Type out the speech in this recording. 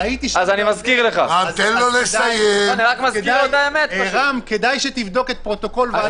כדאי שתבדוק את הפרוטוקול.